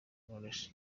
knowless